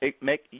make